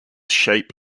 shape